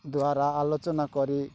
ଦ୍ଵାରା ଆଲୋଚନା କରି